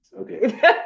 Okay